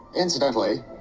Incidentally